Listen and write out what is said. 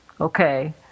Okay